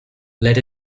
let